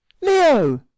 Leo